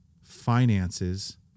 finances